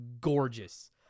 gorgeous